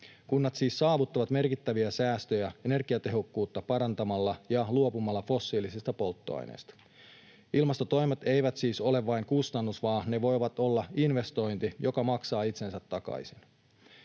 Kunnat siis saavuttavat merkittäviä säästöjä energiatehokkuutta parantamalla ja luopumalla fossiilisista polttoaineista. Ilmastotoimet eivät siis ole vain kustannus, vaan ne voivat olla investointi, joka maksaa itsensä takaisin.